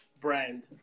brand